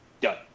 Done